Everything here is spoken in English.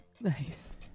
nice